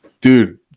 dude